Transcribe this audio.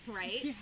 right